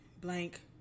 blank